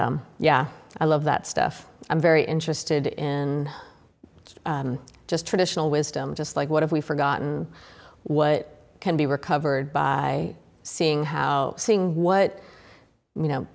yeah i love that stuff i'm very interested in just traditional wisdom just like what have we forgotten what can be recovered by seeing how seeing what you know